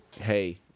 hey